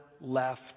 left